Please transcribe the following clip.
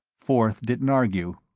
forth didn't argue.